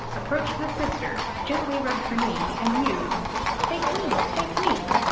approaching the sister, gently rubbed her knee, and mewed take me, take me.